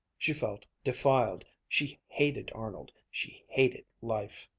she felt defiled. she hated arnold. she hated life.